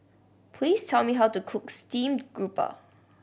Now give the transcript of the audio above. please tell me how to cook steamed grouper